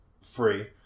free